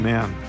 Man